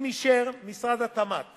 אם אישר משרד התמ"ת